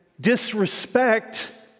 disrespect